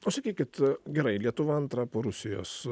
o sakykit gerai lietuva antra po rusijos